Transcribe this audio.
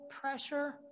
pressure